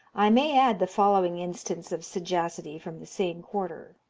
i may add the following instance of sagacity from the same quarter.